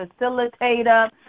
facilitator